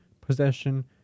possession